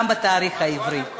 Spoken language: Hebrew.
גם בתאריך העברי.